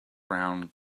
brown